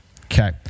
Okay